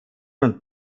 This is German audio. und